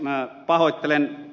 minä pahoittelen ed